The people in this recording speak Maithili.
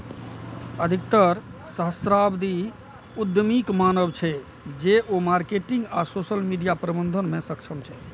अधिकतर सहस्राब्दी उद्यमीक मानब छै, जे ओ मार्केटिंग आ सोशल मीडिया प्रबंधन मे सक्षम छै